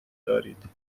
دارید